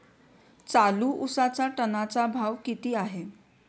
चालू उसाचा टनाचा भाव किती आहे?